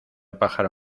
pájaro